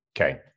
Okay